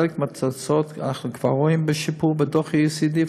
חלק מהתוצאות אנחנו כבר רואים בשיפור בתוך ה-OECD,